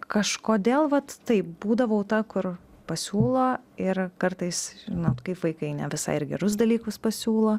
kažkodėl vat taip būdavau ta kur pasiūlo ir kartais žinot kaip vaikai ne visai ir gerus dalykus pasiūlo